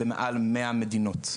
במעל 100 מדינות.